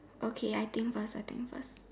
okay I think first I think first